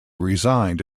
resigned